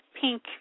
pink